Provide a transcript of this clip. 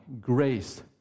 grace